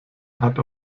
hat